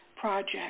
project